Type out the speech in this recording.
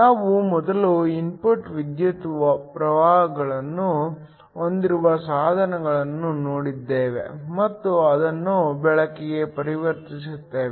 ನಾವು ಮೊದಲು ಇನ್ಪುಟ್ ವಿದ್ಯುತ್ ಪ್ರವಾಹವನ್ನು ಹೊಂದಿರುವ ಸಾಧನಗಳನ್ನು ನೋಡಿದ್ದೇವೆ ಮತ್ತು ಅದನ್ನು ಬೆಳಕಿಗೆ ಪರಿವರ್ತಿಸುತ್ತೇವೆ